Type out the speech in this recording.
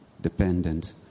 dependent